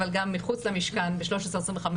אבל גם מחוץ למשכן ב-1325,